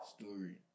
story